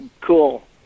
Cool